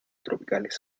tropicales